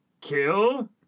kill